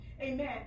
Amen